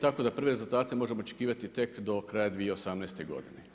Tako da prve rezultate možemo očekivati tek do kraja 2018. godine.